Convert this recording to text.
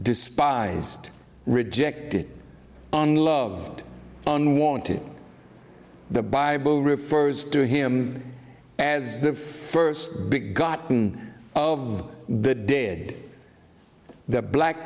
despised rejected unloved unwanted the bible refers to him as the first big gotten of the dead the black